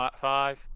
Five